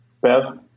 Bev